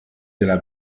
della